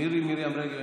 מירי מרים רגב,